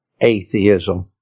Atheism